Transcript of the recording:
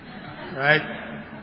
right